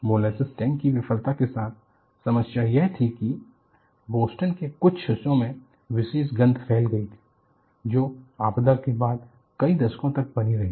molasses tank की विफलता के साथ समस्या यह थी कि बोस्टन के कुछ हिस्सों में विशेष गंध फैल गई थी जो आपदा के बाद कई दशकों तक बनी रही